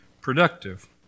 productive